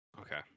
Okay